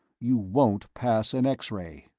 you won't pass an x-ray.